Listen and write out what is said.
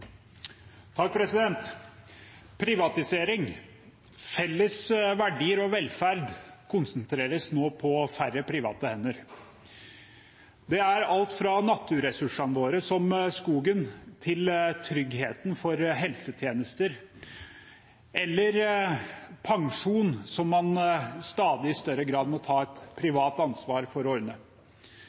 Privatisering – felles verdier og velferd konsentreres nå på færre private hender. Det er alt fra naturressursene våre, som skogen, til tryggheten for helsetjenester eller pensjon, som man i stadig større grad må ta et privat ansvar for å ordne.